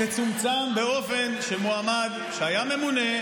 תצומצם באופן שמועמד שהיה ממונה,